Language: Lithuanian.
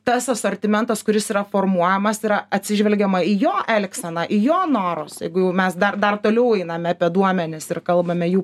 tas asortimentas kuris yra formuojamas yra atsižvelgiama į jo elgseną į jo norus jeigu jau mes dar dar toliau einame apie duomenis ir kalbame jų